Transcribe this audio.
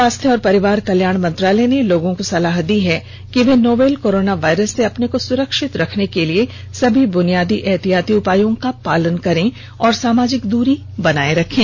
स्वास्थ्य और परिवार कल्याण मंत्रालय ने लोगों को सलाह दी है कि वे नोवल कोरोना वायरस से अपने को सुरक्षित रखने के लिए सभी बुनियादी एहतियाती उपायों का पालन करें और सामाजिक दूरी बनाए रखें